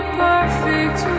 perfect